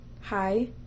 hi